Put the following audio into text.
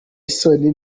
isoni